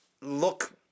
Look